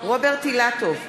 רוברט אילטוב,